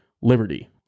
liberty